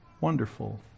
wonderful